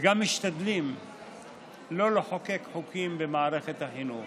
גם משתדלים לא לחוקק חוקים במערכת החינוך